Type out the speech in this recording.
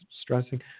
stressing